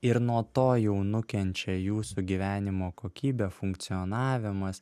ir nuo to jau nukenčia jūsų gyvenimo kokybė funkcionavimas